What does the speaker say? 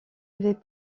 avait